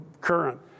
current